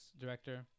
director